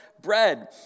bread